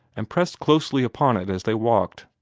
and pressed closely upon it as they walked.